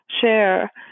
share